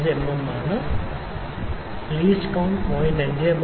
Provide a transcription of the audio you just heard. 5 മിമി ആണ് least count 0